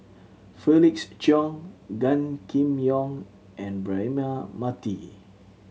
Felix Cheong Gan Kim Yong and Braema Mathi